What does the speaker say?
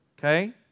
okay